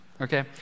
okay